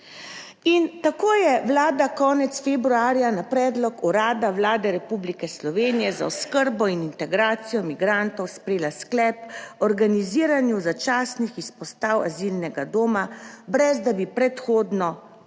In tako je Vlada konec februarja na predlog Urada Vlade Republike Slovenije za oskrbo in integracijo migrantov sprejela sklep o organiziranju začasnih izpostav azilnega doma brez da bi predhodno celo